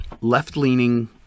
left-leaning